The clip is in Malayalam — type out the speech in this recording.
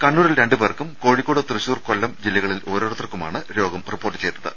കണ്ണൂരിൽ രണ്ടുപേർക്കും കോഴിക്കോട് തൃശൂർ കൊല്ലം ജില്ലകളിൽ ഓരോരുത്തർക്കുമാണ് രോഗം റിപ്പോർട്ട് ചെയ്തത്